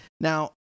Now